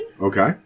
Okay